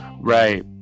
Right